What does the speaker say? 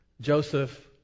Joseph